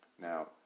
Now